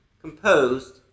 Composed